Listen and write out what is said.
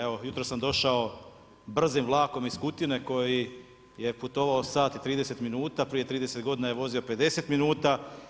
Evo jutros sam došao brzim vlakom iz Kutine koji je putovao sat i 30 minuta, prije 30 godina je vozio 50 minuta.